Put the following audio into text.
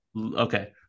Okay